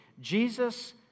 Jesus